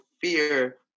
fear